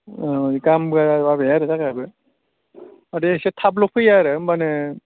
गामिबो जाबाय आरो जागायाबो आरो एसे थाब ल' फै आरो होमब्लानो